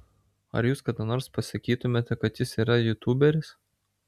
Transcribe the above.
ar jūs kada nors pasakytumėte kad jis yra jūtūberis